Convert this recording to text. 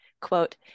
Quote